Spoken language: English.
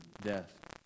death